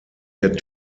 der